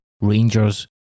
Rangers